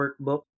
workbook